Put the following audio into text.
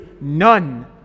none